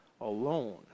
alone